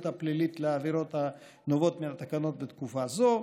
הפלילית על העבירות הנובעות מהתקנות בתקופה זו,